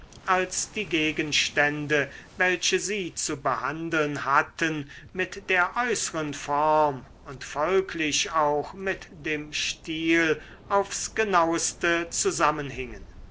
als die gegenstände welche sie zu behandeln hatten mit der äußeren form und folglich auch mit dem stil aufs genaueste zusammenhingen